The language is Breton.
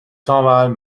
teñval